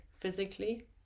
physically